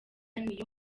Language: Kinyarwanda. niyo